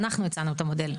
אנחנו הצענו את המודל.